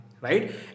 right